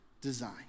design